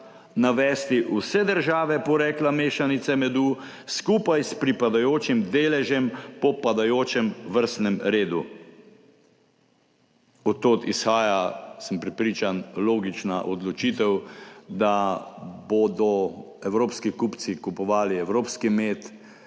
navesti vse države porekla mešanice medu, skupaj s pripadajočim deležem po padajočem vrstnem redu. Od tod izhaja, sem prepričan, logična odločitev, da bodo evropski kupci kupovali evropski med,